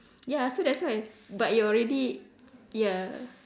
ya so that's why but you're already ya